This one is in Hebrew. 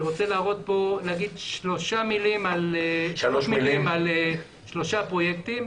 אני רוצה לומר שלוש מלים על שלושה פרויקטים.